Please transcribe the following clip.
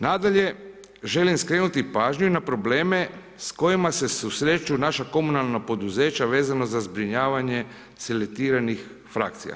Nadalje, želim skrenuti pažnju na probleme s kojima se susreću naša komunalna poduzeća vezana za zbrinjavanje selektiranih frakcija.